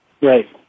Right